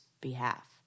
behalf